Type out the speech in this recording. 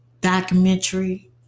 documentary